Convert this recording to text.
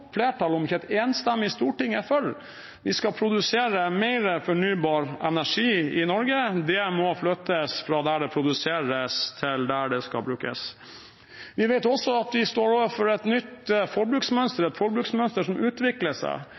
flertall – om ikke et enstemmig storting – er for. Vi skal produsere mer fornybar energi i Norge. Det må flyttes fra der det produseres, til der det skal brukes. Vi vet også at vi står overfor et nytt forbruksmønster – et forbruksmønster som utvikler seg.